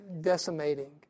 decimating